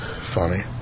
Funny